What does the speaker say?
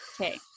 Okay